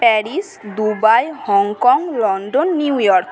Paris Dubai Hong Kong London New York